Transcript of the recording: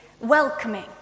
welcoming